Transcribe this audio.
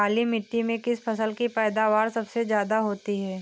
काली मिट्टी में किस फसल की पैदावार सबसे ज्यादा होगी?